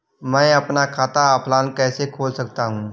मैं अपना खाता ऑफलाइन कैसे खोल सकता हूँ?